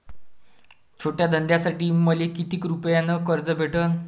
छोट्या धंद्यासाठी मले कितीक रुपयानं कर्ज भेटन?